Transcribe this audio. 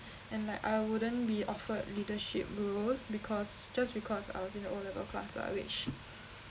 and like I wouldn't be offered leadership bureaus because just because I was in o-level class lah which